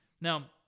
Now